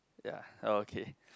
ya okay